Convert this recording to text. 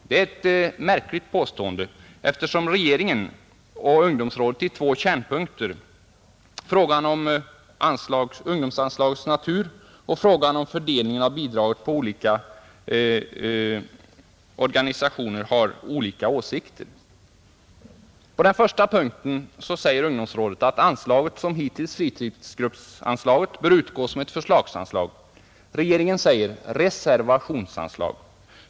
Det är ett märkligt påstående, eftersom regeringen och ungdomsrådet i två kärnfrågor — frågan om ungdomsanslagets natur och frågan om fördelningen av bidraget mellan olika organisationer — har olika åsikter. På den första punkten säger ungdomsrådet att anslaget — liksom hittills fritidsgruppsbidraget — bör utgå som ett förslagsanslag. Regeringen föreslår reservationsanslag.